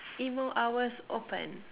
emo hours open